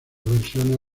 versiones